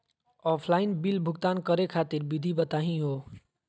Offline bill भुगतान करे खातिर विधि बताही हो?